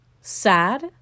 sad